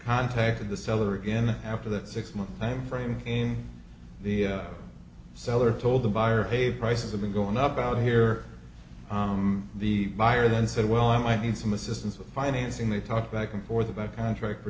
contacted the seller again after the six month time frame in the seller told the buyer hey prices have been going up out here the buyer then said well i might need some assistance with financing they talk back and forth about contract for